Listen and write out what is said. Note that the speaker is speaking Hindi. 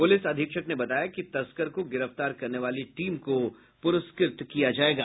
पुलिस अधीक्षक ने बताया कि तस्कर को गिरफ्तार करने वाली टीम को पुरस्कृत किया जायेगा